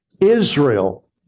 Israel